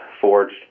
forged